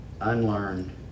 unlearned